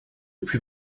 plus